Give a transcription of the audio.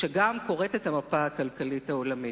שגם קוראת את המפה הכלכלית העולמית.